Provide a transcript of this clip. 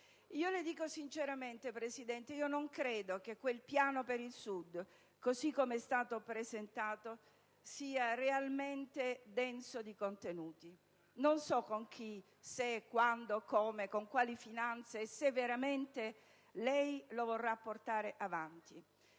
Presidente, sinceramente non credo che quel piano per il Sud, così come è stato presentato, sia realmente denso di contenuti. Non so con chi, quando, come, con quali finanze, e se veramente lei lo vorrà portare avanti,